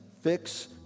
fix